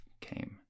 came